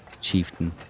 chieftain